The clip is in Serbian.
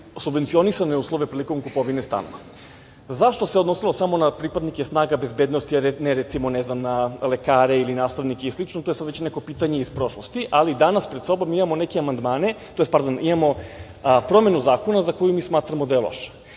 subvencionisane uslove prilikom kupovine stanova. Zašto se odnosilo samo na pripadnike snaga bezbednosti, a ne recimo, ne znam, na lekare ili nastavnike i slično, to sad već neko pitanje iz prošlosti, ali danas pred sobom imamo neke amandmane, to jest, imamo promenu zakona za koju mi smatramo da je loš.